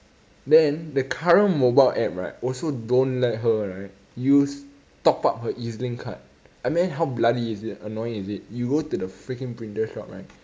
then the current mobile app right also don't let her right use top up her E_Z link card I mean how bloody is it annoying is it you go to the freaking printer shop right